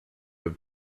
have